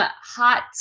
hot